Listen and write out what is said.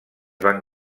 van